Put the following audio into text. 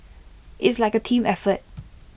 it's like A team effort